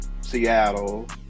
seattle